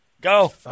Go